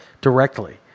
directly